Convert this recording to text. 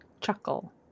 chuckle